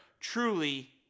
truly